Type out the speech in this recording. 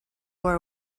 war